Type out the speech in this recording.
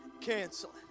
canceling